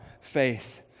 faith